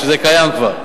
וזה קיים כבר,